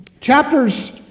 Chapters